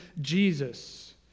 Jesus